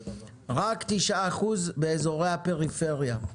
ורק 9% באזורי הפריפריה.